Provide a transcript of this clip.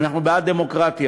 ואנחנו בעד דמוקרטיה.